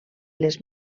les